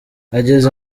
ageze